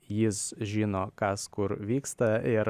jis žino kas kur vyksta ir